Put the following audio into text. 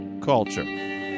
culture